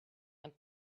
and